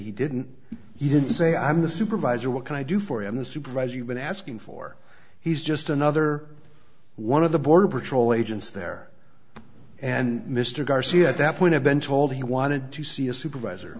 he didn't he didn't say i'm the supervisor what can i do for him the supervisor you've been asking for he's just another one of the border patrol agents there and mr garcia at that point had been told he wanted to see a supervisor